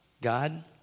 God